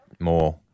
More